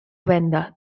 venda